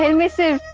and mr.